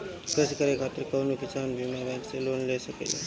कृषी करे खातिर कउन किसान बैंक से लोन ले सकेला?